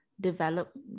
develop